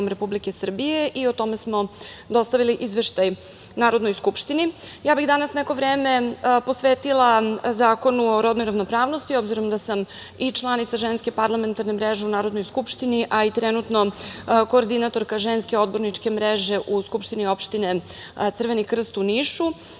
Republike Srbije, i o tome smo dostavili Izveštaj Narodnoj skupštini. Ja bih danas neko vreme posvetila Zakonu o rodnoj ravnopravnosti, s obzirom da sam i članica Ženske parlamentarne mreže u Narodnoj skupštini, a i trenutno koordinatorka ženske odborničke mreže u Skupštini opštine Crveni krst u Nišu